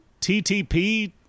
TTP